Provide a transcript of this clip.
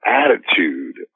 attitude